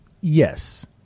Yes